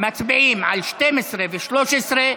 מצביעים על 12 ו-13.